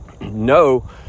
no